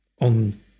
on